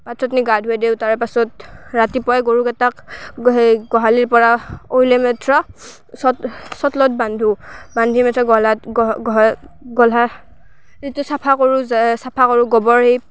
পথাৰত নি গা ধুৱাই দিওঁ তাৰ পাছত ৰাতিপুৱাই গৰুকেইটাক সেই গোঁহালিৰ পৰা অইলা মাত্ৰ চত চোতালত বান্ধোঁ বান্ধি পাছত গহলাত গলাহ যিটো চফা কৰোঁ যে চফা কৰোঁ গোৱৰ সেই